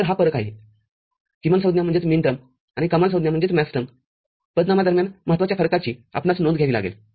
तर हा फरक आहे किमानसंज्ञाआणि कमालसंज्ञापदनामांदरम्यान महत्वाच्या फरकाची आपणास नोंद घ्यावी लागेल